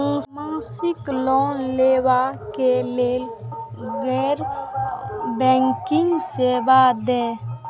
मासिक लोन लैवा कै लैल गैर बैंकिंग सेवा द?